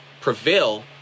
prevail